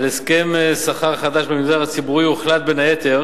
על הסכם שכר חדש במגזר הציבורי, הוחלט בין היתר